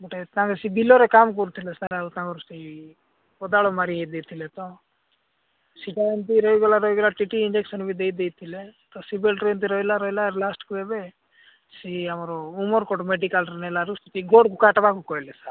ଗୋଟେ ତାଙ୍କେ ସେ ବିଲରେ କାମ କରୁଥିଲେ ସାର୍ ଆଉ ତାଙ୍କ ସ୍ତ୍ରୀ କୋଦାଳ ମାରି ହେଇ ଦେଇଥିଲେ ତ ସେଇଟା ଏମିତି ରହିଗଲା ରହିଗଲା ଟି ଟି ଇଞ୍ଜେକସନ୍ ବି ଦେଇ ଦେଇଥିଲେ ତ ସେବେଠୁ ଏମିତି ରହିଲା ରହିଲା ଲାଷ୍ଟକୁ ଏବେ ସେ ଆମର ଉମର୍କୋଟ ମେଡିକାଲ୍ ନେଲାରୁ ଗୋଡ଼ କାଟିବାକୁ କହିଲେ